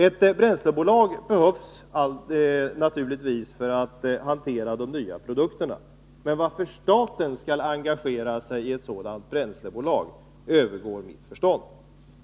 Ett bränslebolag behövs naturligtvis för att hantera de nya produkterna, men varför staten skall engagera sig i ett sådant bränslebolag övergår mitt förstånd.